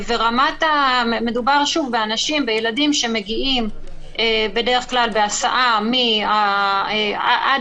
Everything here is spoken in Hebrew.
מדובר באנשים ובילדים שמגיעים בדרך כלל בהסעה עד